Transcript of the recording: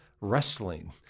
wrestling